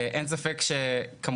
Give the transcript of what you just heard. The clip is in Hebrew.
אין ספק שכמובן,